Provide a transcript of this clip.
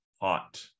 hot